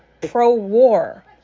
pro-war